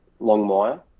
Longmire